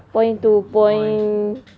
point to point